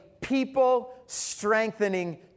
people-strengthening